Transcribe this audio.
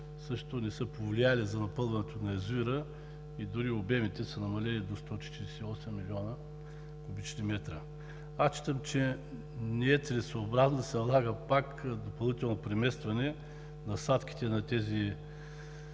също не са повлияли за напълването на язовира и дори обемите са намалели до 148 млн. куб. м. Считам, че не е целесъобразно да се налага пак допълнително преместване на садките на тези